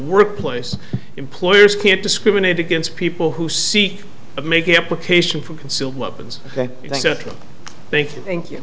workplace employers can't discriminate against people who seek to make application for concealed weapons thank you thank you